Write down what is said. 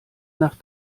nach